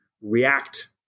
react